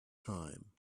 time